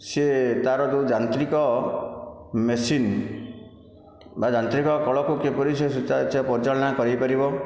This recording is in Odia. ସିଏ ତାର ଯେଉଁ ଯାନ୍ତ୍ରିକ ମେସିନ୍ ବା ଯାନ୍ତ୍ରିକ କଳକୁ କିପରି ସେ ସୁଚାର୍ଚ୍ୟ ପରିଚାଳନା କରିପାରିବ